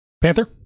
Panther